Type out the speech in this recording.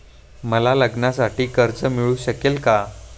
मला लग्नासाठी कर्ज मिळू शकेल का?